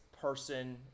person